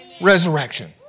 resurrection